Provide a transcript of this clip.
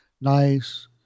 nice